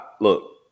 Look